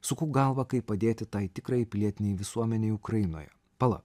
suku galvą kaip padėti tai tikrai pilietinei visuomenei ukrainoje pala